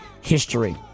history